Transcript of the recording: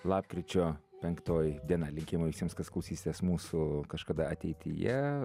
lapkričio penktoji diena linkime visiems kas klausysitės mūsų kažkada ateityje